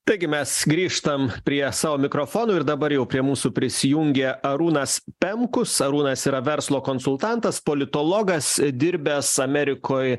taigi mes grįžtam prie savo mikrofonų ir dabar jau prie mūsų prisijungė arūnas pemkus arūnas yra verslo konsultantas politologas dirbęs amerikoj